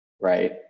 right